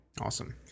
awesome